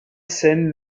scène